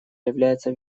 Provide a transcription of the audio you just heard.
является